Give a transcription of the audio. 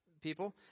people